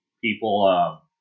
people